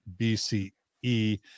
BCE